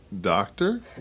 doctor